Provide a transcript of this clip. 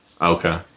Okay